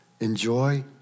enjoy